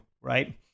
right